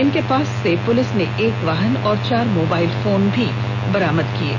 इनके पास से पुलिस ने एक वाहन और चार मोबाइल फोन भी बरामद किये हैं